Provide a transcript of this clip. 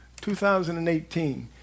2018